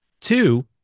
Two